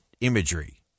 imagery